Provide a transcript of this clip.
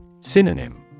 Synonym